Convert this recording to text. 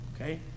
Okay